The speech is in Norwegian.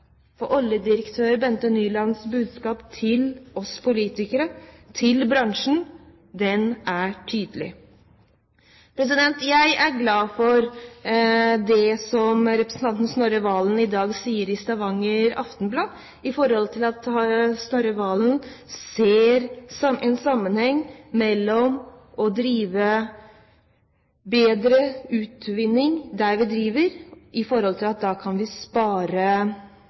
For oljedirektør Bente Nylands budskap til oss politikere og til bransjen er tydelig. Jeg er glad for det som representanten Snorre Valen sier i Stavanger Aftenblad om at han ser en sammenheng i det å drive bedre utvinning der vi driver for da kan vi spare